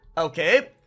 okay